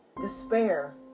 despair